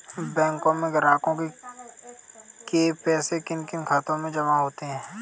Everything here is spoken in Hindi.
बैंकों में ग्राहकों के पैसे किन किन खातों में जमा होते हैं?